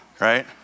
right